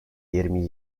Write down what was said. yirmi